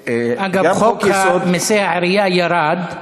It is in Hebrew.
גם בחוק-יסוד, אגב, חוק מסי העירייה ירד,